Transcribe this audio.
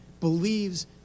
believes